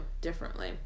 differently